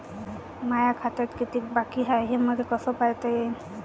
माया खात्यात कितीक बाकी हाय, हे मले कस पायता येईन?